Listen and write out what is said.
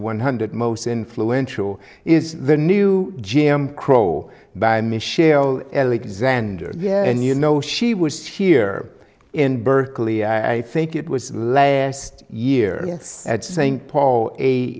one hundred most influential is the new jim crow by michelle alexander and you know she was here in berkeley i think it was last year at st paul a